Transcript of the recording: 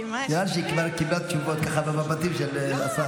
נראה לי שהיא כבר קיבלה תשובות במבטים של השר.